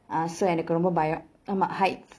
uh so எனக்கு ரொம்ப பயோம் ரொம்ப:enaku romba bayom romba heights